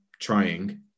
trying